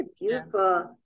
beautiful